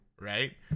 Right